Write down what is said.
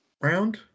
round